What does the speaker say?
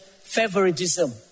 favoritism